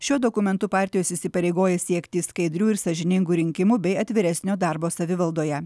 šiuo dokumentu partijos įsipareigoja siekti skaidrių ir sąžiningų rinkimų bei atviresnio darbo savivaldoje